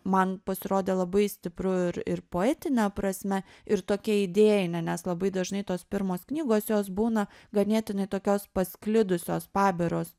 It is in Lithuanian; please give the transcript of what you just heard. man pasirodė labai stipru ir ir poetine prasme ir tokia idėjine nes labai dažnai tos pirmos knygos jos būna ganėtinai tokios pasklidusios pabiros